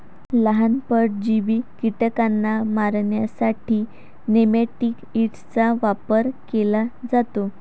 लहान, परजीवी कीटकांना मारण्यासाठी नेमॅटिकाइड्सचा वापर केला जातो